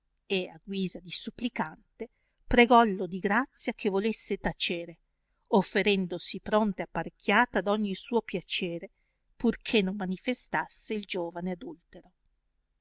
e a guisa di supplicante pregollo di grazia che volesse tacere offerendosi pronta e apparecchiata ad ogni suo piacere pur che non manifestasse il giovane adultero